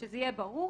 אז שזה יהיה ברור.